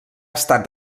estat